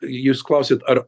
jūs klausėt ar